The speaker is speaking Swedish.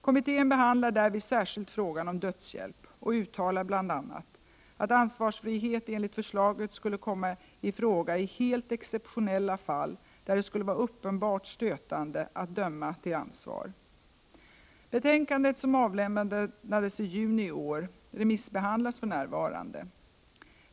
Kommittén behandlar därvid särskilt frågan om dödshjälp och uttalar bl.a. att ansvarsfrihet enligt förslaget skulle komma i fråga i helt exceptionella fall där det skulle vara uppenbart stötande att döma till ansvar. Betänkandet, som avlämnades i juni i år, remissbehandlas för närvarande.